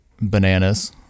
bananas